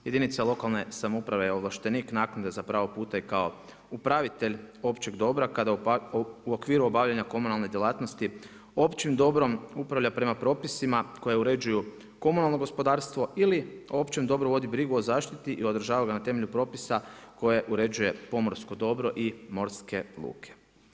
Jedinica lokalne samouprave je ovlaštenik naknade za pravog puta i kao upravitelj općeg dobra kada u okviru obavljanju komunalne djelatnosti, općim dobrom upravlja prema propisima koje uređuju komunalno gospodarstvo ili općem dobru vodi brigu o zaštiti i o održava ga na temelju propisa koje uređuje pomorsko dobro i morske luke.